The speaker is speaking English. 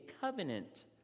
covenant